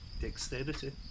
Dexterity